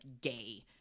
gay